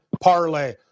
parlay